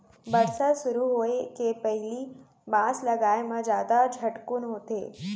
बरसा सुरू होए के पहिली बांस लगाए म जादा झटकुन होथे